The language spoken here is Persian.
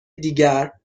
دیگر